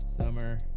summer